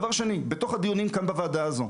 דבר שני: בתוך הדיונים כאן בוועדה הזו,